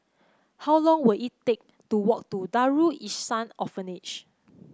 how long will it take to walk to Darul Ihsan Orphanage